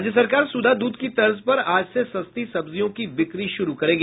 राज्य सरकार सुधा दूध की तर्ज पर आज से सस्ती सब्जियों की बिक्री शुरू करेगी